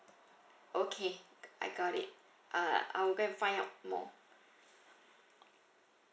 okay I got it uh I will go and find out more